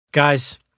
Guys